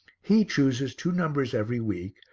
he chooses two numbers every week,